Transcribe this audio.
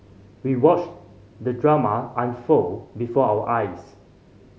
we watched the drama unfold before our eyes